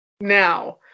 now